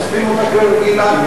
הופכים אותה כרגילה.